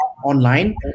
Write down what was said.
Online